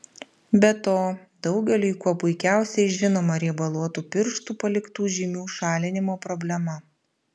be to daugeliui kuo puikiausiai žinoma riebaluotų pirštų paliktų žymių šalinimo problema